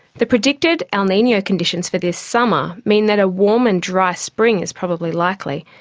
the predicted el nino conditions for this summer mean that a warm and dry spring is probably likely,